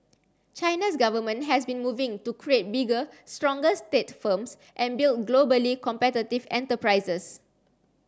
China's government has been moving to create bigger stronger state firms and build globally competitive enterprises